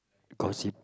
gossip